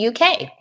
UK